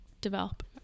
develop